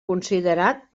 considerat